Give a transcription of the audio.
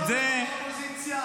גם בפעם הזאת תפסידו.